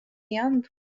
young